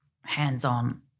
hands-on